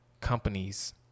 companies